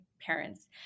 parents